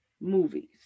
movies